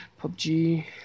PUBG